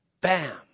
Bam